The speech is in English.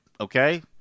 Okay